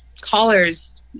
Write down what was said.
callers